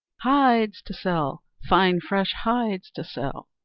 hides to sell! fine fresh hides to sell!